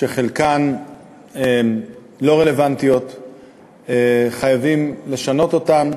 שחלקן לא רלוונטיות וחייבים לשנות אותן.